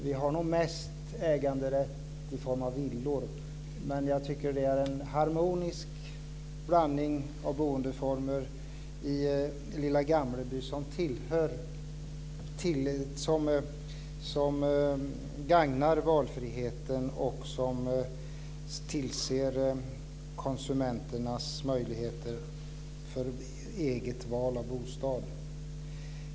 Vi har nog mest äganderätt till villor, men jag tycker att det i lilla Gamleby är en harmonisk blandning av boendeformer, som gagnar valfriheten och som tillgodoser konsumenternas möjligheter till eget val av bostad.